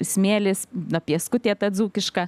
smėlis ta pieskutė ta dzūkišką